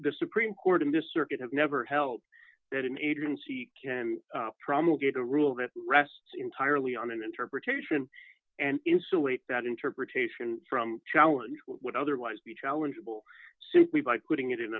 the supreme court in this circuit has never held that an agency can promulgated a rule that rests entirely on an interpretation and insulate that interpretation from challenge what would otherwise be challengable simply by putting it in